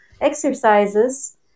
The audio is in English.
exercises